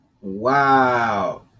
Wow